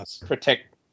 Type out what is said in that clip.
protect